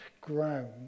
ground